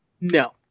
No